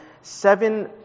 seven